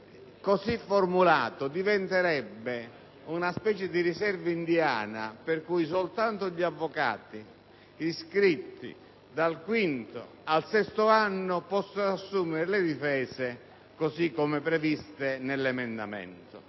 si determinerebbe una specie di riserva indiana per cui solo gli avvocati iscritti dal quinto al sesto anno potrebbero assumere le difese così come previste nell'emendamento.